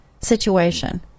situation